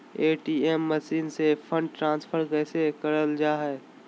ATM machine से fund transfer कैसे करल जा है?